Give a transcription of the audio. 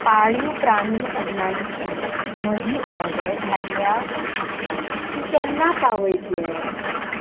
पाळीव प्राणी अन्नांची म्हजी ऑर्डर धाडल्या ती केन्ना पावयतले